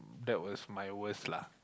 that was my worst lah